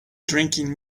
drinking